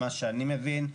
מה שאני מבין,